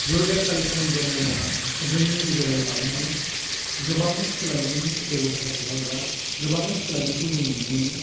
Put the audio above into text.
गुरुदेब कालिचरन ब्रह्ममोनहा जोंनि गेजेराव लाबोनानै गोबां सोलायनायनि बेबस्थाखौहाय एबा गोबां सोलायनायखौ जों नुनो मोनदों